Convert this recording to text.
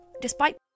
Despite-